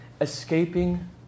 Escaping